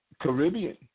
Caribbean